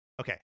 Okay